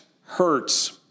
hurts